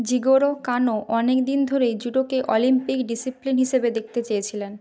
Jigoro Kano অনেক দিন ধরেই জুডোকে অলিম্পিক ডিসিপ্লিন হিসেবে দেখতে চেয়েছিলেন